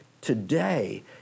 today